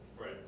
Right